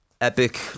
epic